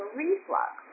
reflux